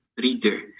reader